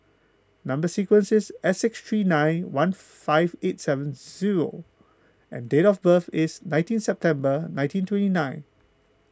Number Sequence is S six three nine one five eight seven zero and date of birth is nineteen September nineteen twenty nine